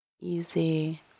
Easy